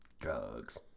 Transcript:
Drugs